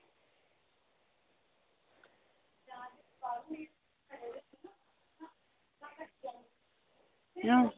अं